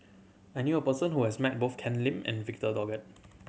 I knew a person who has met both Ken Lim and Victor Doggett